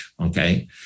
okay